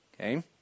Okay